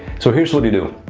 so here's what you do.